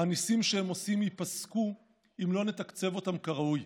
הניסים שהם עושים ייפסקו אם לא נתקצב אותם כראוי.